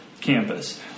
campus